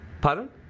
pardon